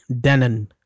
Denon